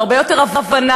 והרבה יותר הבנה,